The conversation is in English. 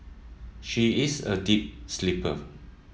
she is a deep sleeper